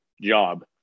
job